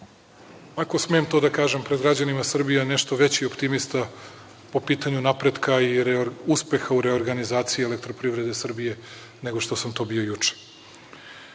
ako smem to da kažem pred građanima Srbije, nešto veći optimista po pitanju napretka i uspeha u reorganizaciji Elektroprivrede Srbije nego što sam to bio juče. Tačka